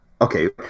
okay